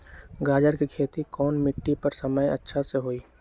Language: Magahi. गाजर के खेती कौन मिट्टी पर समय अच्छा से होई?